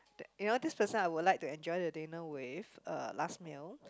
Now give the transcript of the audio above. you know this person I would like to enjoy the dinner with uh last meal